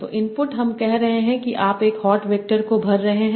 तो इनपुट हम कह रहे हैं कि आप एक हॉट वैक्टर को भर रहे हैं